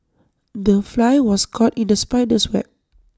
the fly was caught in the spider's web